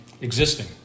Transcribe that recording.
existing